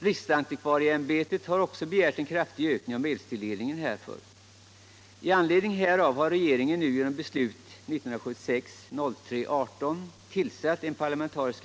Centern är också representerad i utredningen, som således redan tillsalts.